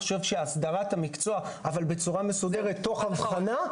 אני חושב שהסדרת המקצוע בצורה מסודרת תוך הבחנה,